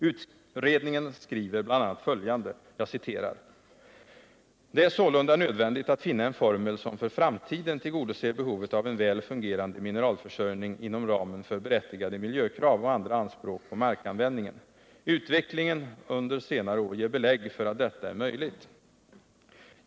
Utredningen skriver bl.a. följande: ”Det är sålunda nödvändigt att finna en formel som för framtiden tillgodoser behovet av en väl fungerande mineralförsörjning inom ramen för berättigade miljökrav och andra anspråk på markanvändningen. Utvecklingen under senare år ger belägg för att detta är möjligt.